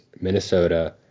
Minnesota